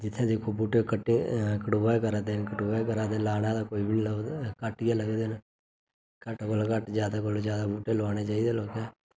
जित्थे दिक्खो बूह्टे कट्टे कटोआ करदे न कटोआ करदे न लाने आह्ला कोई बी नेईं ऐ घट्ट गै लभदे न घट्ट कोला घट्ट ज्यादा कोला ज्यादा बूह्टे लोआने चाहिदे लोकें